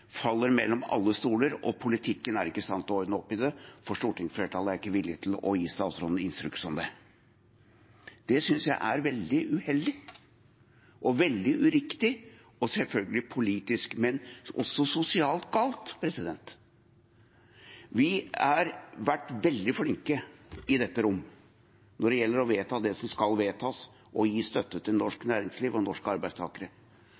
faller mellom alle stoler, og politikken er ikke i stand til å ordne opp i det, for stortingsflertallet er ikke villig til å gi statsråden instruks om det. Det synes jeg er veldig uheldig og veldig uriktig – og selvfølgelig politisk galt, men også sosialt galt. Vi har vært veldig flinke i dette rom når det gjelder å vedta det som skal vedtas, og gi støtte til norsk næringsliv og norske arbeidstakere.